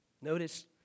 notice